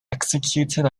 executed